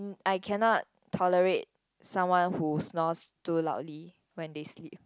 hmm I cannot tolerate someone who snores too loudly when they sleep